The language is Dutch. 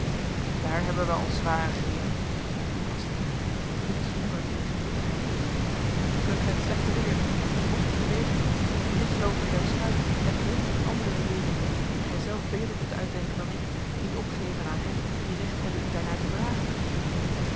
daar hebben wij al zwarigheden zeide mijn gastheer niet zonder eenige bitterheid kunt gij het slechte weer de vochtige wegen het misloopen der schuit en honderd andere redenen die gij zelf beter kunt uitdenken dan ik niet opgeven aan hen die recht hebben u daarnaar te vragen